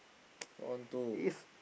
one two